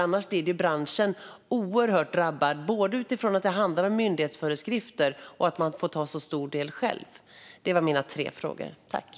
Annars blir branschen oerhört drabbad av avgifter på grund av att den måste ta en så stor del av kostnaderna på grund av myndighetsföreskrifter.